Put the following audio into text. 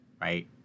Right